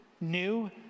new